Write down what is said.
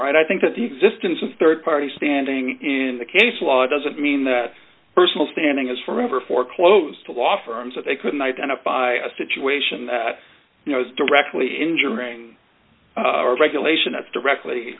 right i think that the existence of rd party standing in the case law doesn't mean that personal standing is forever for close to law firms that they couldn't identify a situation that directly injuring a regulation that's directly